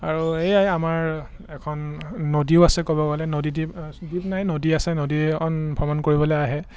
আৰু এয়াই আমাৰ এখন নদীও আছে ক'ব গ'লে নদীদ্বীপ দ্বিপ নাই নদী আছে নদীখন ভ্ৰমণ কৰিবলৈ আহে